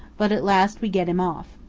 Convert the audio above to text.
but at last we get him off.